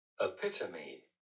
epitome